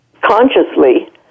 consciously